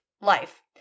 life